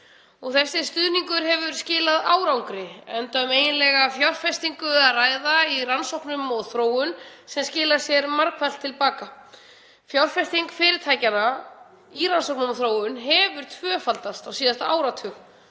Þessi stuðningur hefur skilað árangri, enda um eiginlega fjárfestingu að ræða í rannsóknum og þróun sem skilar sér margfalt til baka. Fjárfesting fyrirtækjanna í rannsóknum og þróun hefur tvöfaldast á síðasta áratug